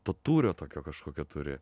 to tūrio tokio kažkokio turi